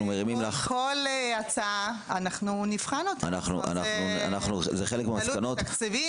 אנחנו נבחן כל הצעה, זה תלוי בתקציבים.